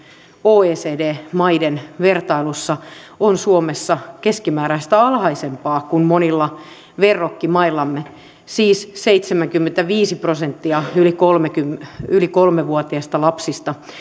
oecd maiden vertailussa on suomessa keskimääräistä alhaisempaa kuin monilla verrokkimaillamme siis seitsemänkymmentäviisi prosenttia yli kolmevuotiaista lapsista